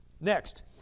Next